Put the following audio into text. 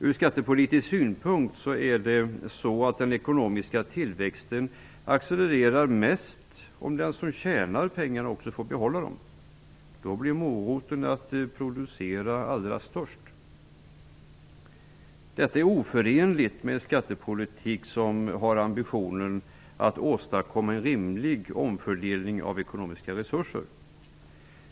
Ur skattepolitisk synpunkt är det så att den ekonomiska tillväxten accelererar mest om den som tjänar pengar också får behålla dem. Då blir moroten att producera allra störst. Detta är oförenligt med en skattepolitik som har ambitionen att åstadkomma en rimlig omfördelning av de ekonomiska resurserna.